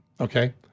Okay